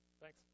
Thanks